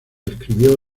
escribió